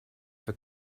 for